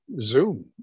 Zoom